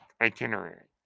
itinerary